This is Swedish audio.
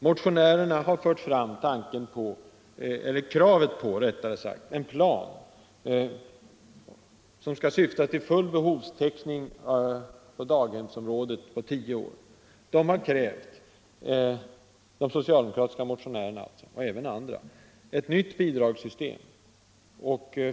Motionärerna har fört fram kravet på en plan som skall syfta till full behovstäckning på daghemsområdet på tio år. De socialdemokratiska motionärerna, och även andra, har krävt ett nytt bidragssystem.